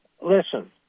listen